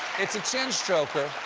it's a chin stroker.